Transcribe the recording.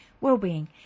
Wellbeing